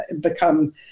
become